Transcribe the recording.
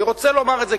אני רוצה לומר את זה,